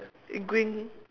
green